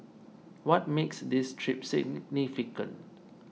what makes this trip significant